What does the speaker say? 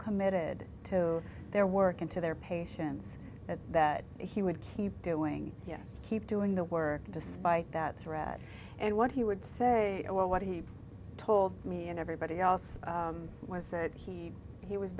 committed to their work and to their patients that that he would keep doing yes keep doing the work despite that threat and what he would say well what he told me and everybody else was that he he was